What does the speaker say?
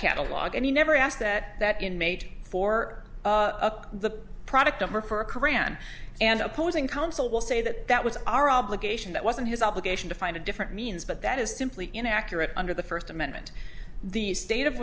catalog and he never asked that that inmate for the product of or for a qur'an and opposing counsel will say that that was our obligation that wasn't his obligation to find a different means but that is simply inaccurate under the first amendment the state of